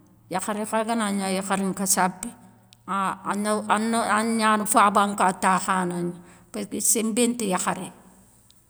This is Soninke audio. Yakharé kha ga na nia yakhari nkassapé, a a na niane fabanka takhana nia parce que sénbé nte yakharé.